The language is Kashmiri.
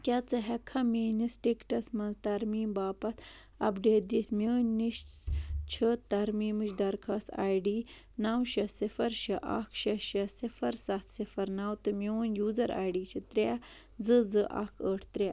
کیٛاہ ژٕ ہٮ۪ککھا میٛٲنِس ٹِکٹَس منٛز تَرمیٖم باپتھ اَپڈیٹ دِتھ مےٚ نِش چھِ تَرمیٖمٕچ درخاست آی ڈی نَو شےٚ صِفر شےٚ اکھ شےٚ شےٚ صِفرسَتھ صِفر نَو تہٕ میون یوٗزَر آی ڈی چھِ ترٛےٚ زٕ زٕ اکھ ٲٹھ ترٛےٚ